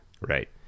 Right